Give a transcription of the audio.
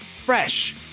fresh